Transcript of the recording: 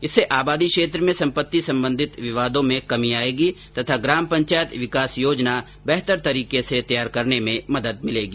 इससे आबादी क्षेत्र में सम्पत्ति सम्बंधी विवादों में कमी आयेगी तथा ग्राम पंचायत विकास योजना बेहतर तरीके से तैयार करने में मदद मिलेगी